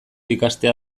ikastea